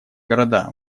города